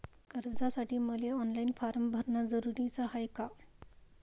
कर्जासाठी मले online form भरन जरुरीच हाय का?